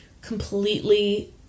completely